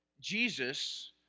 Jesus